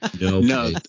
no